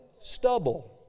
Stubble